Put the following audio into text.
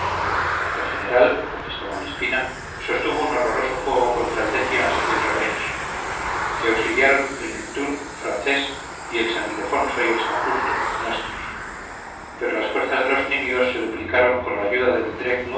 cádiz el general contestó malespina sostuvo un horroroso fuego contra el defiance y el revenge le auxiliaron el neptune francés y el san ildefonso y el san justo nuestros pero las fuerzas de los enemigos se duplicaron con la ayuda del